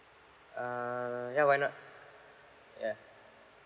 uh yeah why not yeah